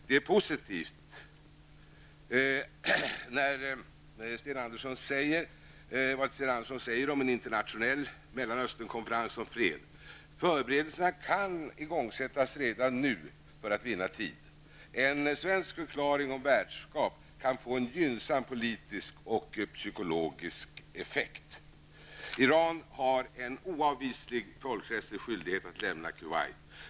Det Sten Andersson säger om en internationell Mellanösternkonferens om fred är positivt. Förberedelser kan igångsättas redan nu för man skall vinna tid. En svensk förklaring om värdskap kan få en gynnsam politisk och psykologisk effekt. Irak har en oavvislig folkrättslig skyldighet att lämna Kuwait.